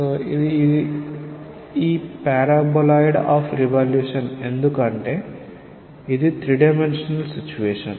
కాబట్టి ఇది paraboloid of revolution ఎందుకంటే ఇది 3 డైమెన్షనల్ సిచువేషన్